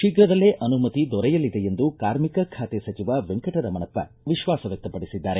ಶೀಘದಲ್ಲೇ ಅನುಮತಿ ದೊರೆಯಲಿದೆ ಎಂದು ಕಾರ್ಮಿಕ ಖಾತೆ ಸಚಿವ ವೆಂಕಟರಮಣಪ್ಪ ವಿಶ್ವಾಸ ವ್ಯಕ್ತಪಡಿಸಿದ್ದಾರೆ